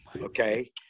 okay